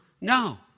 no